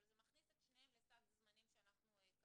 אבל זה מכניס את שניהם לסד זמנים שאנחנו קבענו.